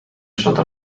sota